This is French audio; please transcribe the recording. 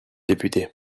député